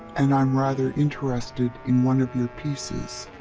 and i'm rather interested in one of your pieces.